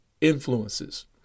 influences